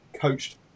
coached